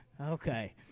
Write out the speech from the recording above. Okay